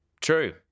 True